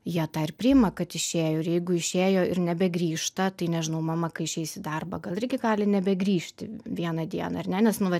jie tą ir priima kad išėjo ir jeigu išėjo ir nebegrįžta tai nežinau mama kai išeis į darbą gal irgi gali nebegrįžti vieną dieną ar ne nes nu va